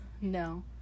No